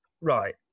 right